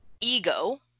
ego